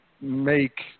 make